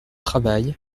travail